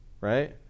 Right